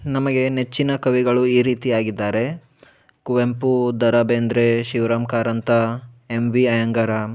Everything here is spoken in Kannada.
ನಮಗೆ ನೆಚ್ಚಿನ ಕವಿಗಳು ಈ ರೀತಿ ಆಗಿದ್ದಾರೆ ಕುವೆಂಪು ದ ರಾ ಬೇಂದ್ರೆ ಶಿವರಾಮ ಕಾರಂತ ಎಮ್ ವಿ ಅಯ್ಯಂಗಾರ